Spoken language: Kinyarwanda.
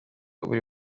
buri